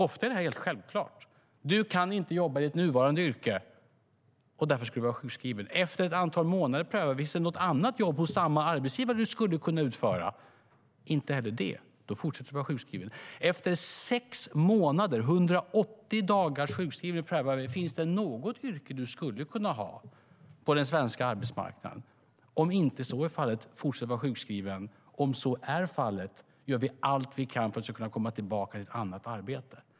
Ofta är det här helt självklart: Du kan inte jobba i ditt nuvarande yrke, och därför ska du vara sjukskriven. Efter ett antal månader prövar vi om det finns något annat jobb hos samma arbetsgivare du skulle kunna utföra. Inte heller det? Då fortsätter du vara sjukskriven. Efter sex månader - 180 dagars sjukskrivning - prövar vi om det finns något yrke på den svenska arbetsmarknaden du skulle kunna ha. Om så inte är fallet får du fortsätta vara sjukskriven. Om så är fallet gör vi allt vi kan för att du ska kunna komma tillbaka i ett annat arbete.